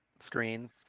screen